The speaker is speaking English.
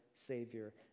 Savior